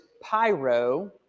pyro